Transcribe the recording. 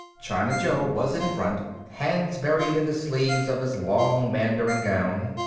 china joe was in front, hands buried in the sleeves of his long mandarin gown.